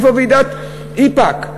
איפה ועידת איפא"ק?